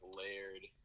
layered